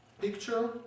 picture